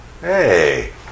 Hey